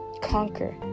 conquer